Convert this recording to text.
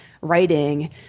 writing